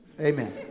Amen